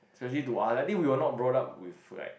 especially to us I think we are not brought up with right